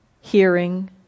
hearing